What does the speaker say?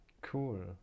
Cool